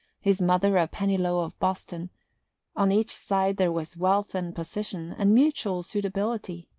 his mother a pennilow of boston on each side there was wealth and position, and mutual suitability.